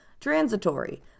transitory